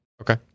okay